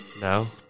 No